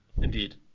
Indeed